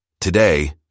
Today